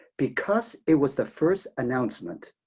because it was the first announcement,